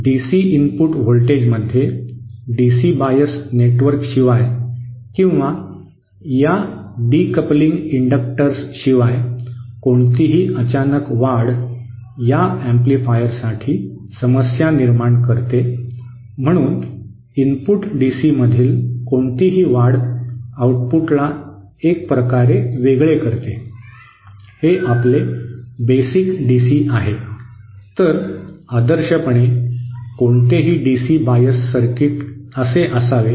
DC input व्होल्टेजमध्ये DC bias नेटवर्कशिवाय किंवा या डीकपलिंग इंडक्टर्सशिवाय कोणतीही अचानक वाढ या एम्पलीफायरसाठी समस्या निर्माण करते म्हणून इनपुट डीसीमधील कोणतीही वाढ आऊटपुटला एका प्रकारे वेगळे करते हे आपले बेसिक डीसी आहे तर आदर्शपणे कोणतेही डीसी बायस सर्किट असे असावे